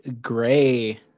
gray